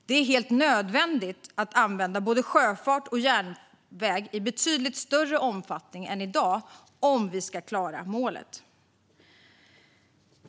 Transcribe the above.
Det är helt nödvändigt att använda både sjöfart och järnväg i betydligt större omfattning än i dag om vi ska klara målet.